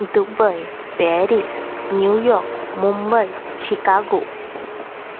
Dubai Paris New York Mumbai Chicago